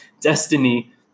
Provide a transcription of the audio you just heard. Destiny